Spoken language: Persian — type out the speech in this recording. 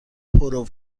پرو